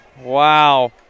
Wow